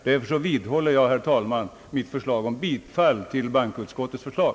Därför vidhåller jag, herr talman, mitt yrkande om bifall till bankoutskottets förslag.